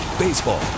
Baseball